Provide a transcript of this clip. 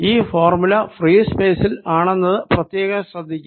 ഈ formula free സ്പേസിൽ ആണെന്നത് പ്രത്യേകം ശ്രദ്ധിക്കുക